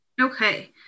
Okay